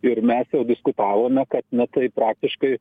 ir mes jau diskutavome kad na tai praktiškai